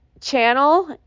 channel